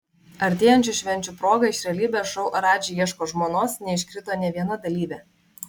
artėjančių švenčių proga iš realybės šou radži ieško žmonos neiškrito nė viena dalyvė